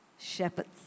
shepherds